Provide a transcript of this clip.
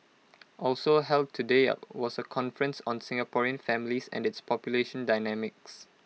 also held today was A conference on Singaporean families and its population dynamics